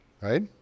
right